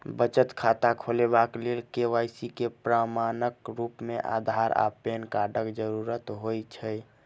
बचत खाता खोलेबाक लेल के.वाई.सी केँ प्रमाणक रूप मेँ अधार आ पैन कार्डक जरूरत होइ छै